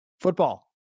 Football